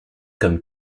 comme